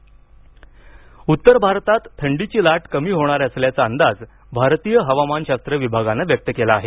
भारत हवामान थंडी उत्तर भारतात थंडीची लाट कमी होणार असल्याचा अंदाज भारतीय हवामानशास्त्र विभागानं व्यक्त केला आहे